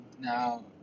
Now